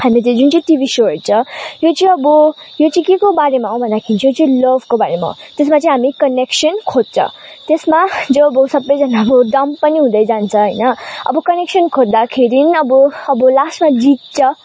हामीले जुन चाहिँ टिभी सो हेर्छ यो चाहिँ अब यो चाहिँ के को बारेमा हो भन्दाखेरि यो चाहिँ लभको बारेमा हो त्यसमा चाहिँ हामी कनेक्सन खोज्छ त्यसमा जो अब सबैजना अब डम्प पनि हुँदै जान्छ होइन अब कनेक्सन खोज्दाखेरि अब अब लास्टमा जित्छ